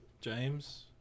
James